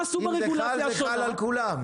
אם זה חל, זה חל על כולם.